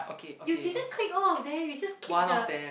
you didn't click all of them you just kick the